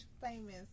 famous